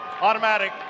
Automatic